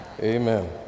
Amen